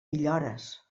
villores